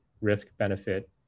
risk-benefit